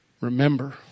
Remember